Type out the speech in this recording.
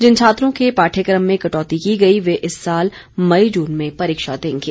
जिन छात्रों के पाठ्यक्रम में कटौती की गई वे इस साल मई जून में परीक्षा देंगे